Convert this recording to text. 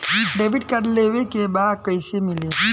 Debit card लेवे के बा कईसे मिली?